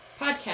podcast